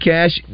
Cash